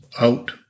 out